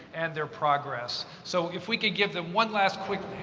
and their progress. so if we could give them one last quick